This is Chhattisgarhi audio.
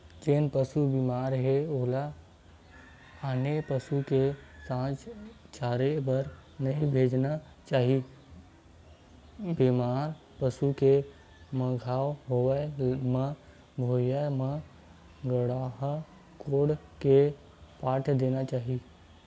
जेन पसु बेमार हे ओला आने पसु के संघ चरे बर नइ भेजना चाही, बेमार पसु के मउत होय म भुइँया म गड्ढ़ा कोड़ के पाट देना चाही